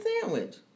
sandwich